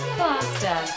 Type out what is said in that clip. faster